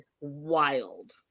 Wild